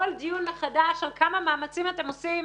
כל דיון מחדש על כמה מאמצים אתם עושים.